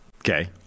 Okay